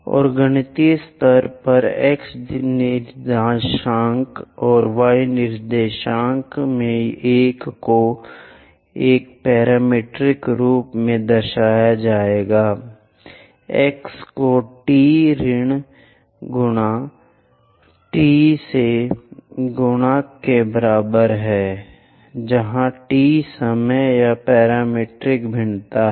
और गणितीय स्तर पर x निर्देशांक और y निर्देशांक में से एक को एक पैरामीट्रिक रूप में दर्शाया जाएगा x को t ऋण गुणा t से गुणा के बराबर है जहां t समय या पैरामीट्रिक भिन्नता है